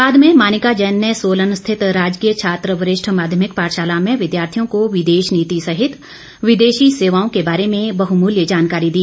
बाद में मानिका जैन ने सोलन स्थित राजकीय छात्र वरिष्ठ माध्यमिक पाठशाला में विद्यार्थियों को विदेश नीति सहित विदेशी सेवाओं के बारे में बहुमूल्य जानकारी दी